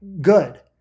good